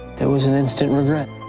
it was an instant regret.